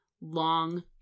long